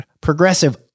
Progressive